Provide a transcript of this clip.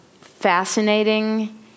fascinating